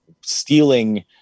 stealing